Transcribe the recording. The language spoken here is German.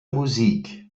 musik